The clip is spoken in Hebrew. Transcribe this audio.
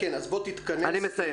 תתכנס,